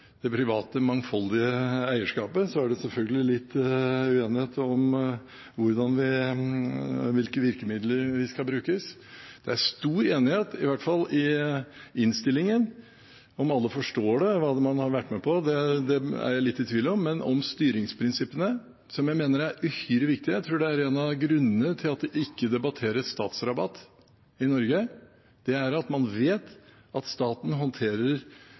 det private mangfoldige eierskapet. Så er det selvfølgelig litt uenighet om hvilke virkemidler vi skal bruke. Det er stor enighet, i hvert fall i innstillingen – om alle forstår hva man har vært med på, er jeg litt i tvil om – om styringsprinsippene, som jeg mener er uhyre viktig. Jeg tror at en av grunnene til at det ikke debatteres statsrabatt i Norge, er at man vet at staten håndterer